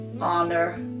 honor